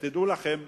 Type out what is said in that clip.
תדעו לכם,